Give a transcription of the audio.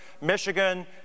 Michigan